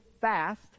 fast